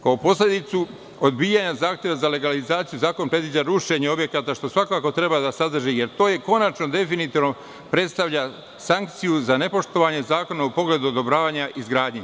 Kao posledicu odbijanje zahteva za legalizaciju zakon predviđa rušenje objekata, što svakako treba da sadrži, jer to konačno i definitivno predstavlja sankciju za nepoštovanje zakona u pogledu odobravanje izgradnje.